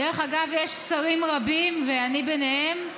דרך אגב, יש שרים רבים, ואני בהם,